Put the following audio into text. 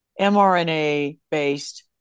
mRNA-based